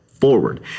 Forward